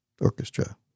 Orchestra